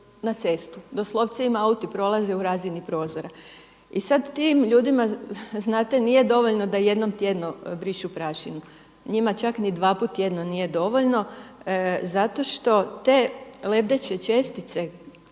na cestu, doslovce auti im prolaze u razini prozora. I sad tim ljudima znate nije dovoljno da jednom tjedno brišu prašinu. Njima čak ni dvaput tjedno nije dovoljno zato što te lebdeće čestice